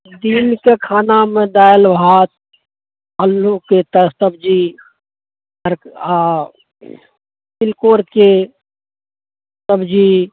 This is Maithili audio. दिनके खानामे दालि भात आलुके सब्जी आ तिलकोरके सब्जी